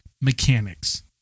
mechanics